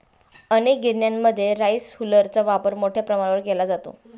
अनेक गिरण्यांमध्ये राईस हुलरचा वापर मोठ्या प्रमाणावर केला जातो